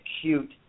acute